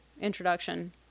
introduction